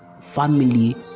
family